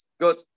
good